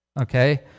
okay